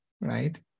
right